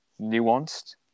nuanced